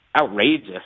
outrageous